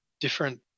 different